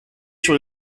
sur